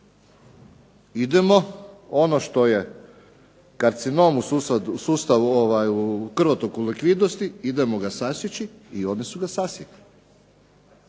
idemo ono što je karcinom u sustavu, krvotoku likvidnosti, idemo ga sasjeći i oni su ga sasjekli,